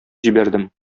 җибәрдем